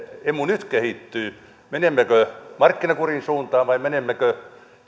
emu nyt kehittyy menemmekö markkinakurin suuntaan vai menemmekö